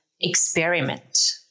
experiment